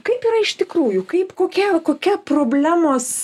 kaip yra iš tikrųjų kaip kokia kokia problemos